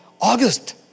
August